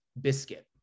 biscuit